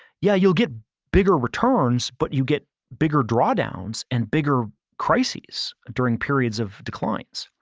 yeah, you'll get bigger returns, but you'll get bigger draw downs and bigger crises during periods of declines.